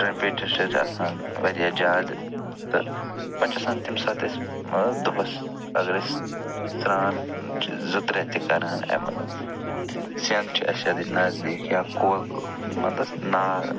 temperature چھِ اَتہِ آسان واریاہ زیادٕ تہٕ پتہٕ چھِ آسان تَمہِ ساتہٕ أسۍ مطلب دۄہَس اگر أسۍ سرٛان چھِ زٕ ترٛےٚ تہِ کران اَمہِ مطلب سٮ۪نٛد چھِ اَسہِ یَتیٚتھ نزدیٖک یا کوٚل مطلب نار